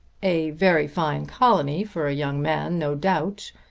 a very fine colony for a young man, no doubt.